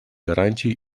гарантии